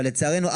אבל לצערנו,